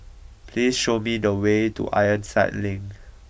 please show me the way to Ironside Link